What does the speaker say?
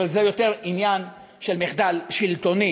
אבל זה יותר עניין של מחדל שלטוני,